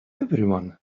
everyone